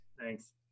Thanks